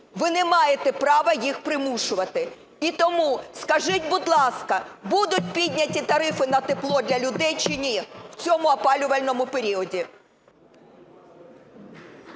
Ви не маєте права їх примушувати. І тому скажіть, будь ласка, будуть підняти тарифи на тепло для людей чи ні в цьому опалювальному періоді?